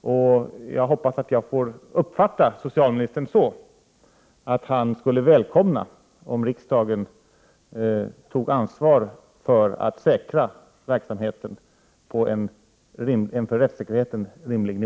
och jag hoppas att jag får uppfatta socialministerns uttalanden så att han skulle välkomna om riksda gen tog ansvar för att se till att verksamheten får en för rättssäkerheten rimlig nivå.